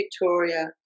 Victoria